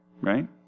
Right